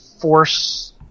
force